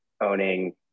owning